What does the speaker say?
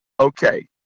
Okay